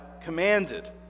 commanded